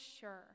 sure